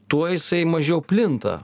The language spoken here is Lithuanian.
tuo jisai mažiau plinta